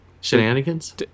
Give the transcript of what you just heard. Shenanigans